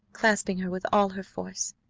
clasping her with all her force.